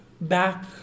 back